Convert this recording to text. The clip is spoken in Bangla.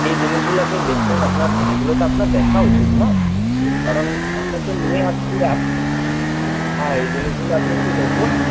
এই জিনিসগুলো আপনি দেখুন আপনার এইগুলোতো আপনার দেখা উচিৎ না কারণ আমরা তো নিয়ে আসছি হ্যাঁ এই জিনিসগুলো আপনি একটু দেখুন